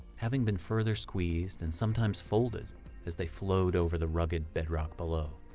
having been further squeezed and sometimes folded as they flowed over the rugged bedrock below.